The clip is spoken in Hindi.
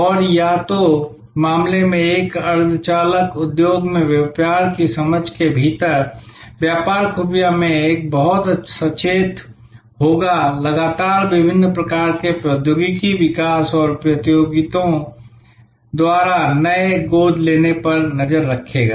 और या तो मामले में एक अर्धचालक उद्योग में व्यापार की समझ के भीतर व्यापार खुफिया में एक बहुत सचेत होगा लगातार विभिन्न प्रकार के प्रौद्योगिकी विकास और प्रतियोगियों द्वारा नए गोद लेने पर नज़र रखेगा